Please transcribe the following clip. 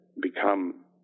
become